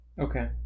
okay